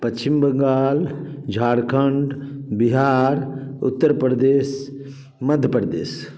Paschim Bangal Jharkhand Bihar Uttar Pradesh Madhya Pradesh